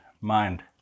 mind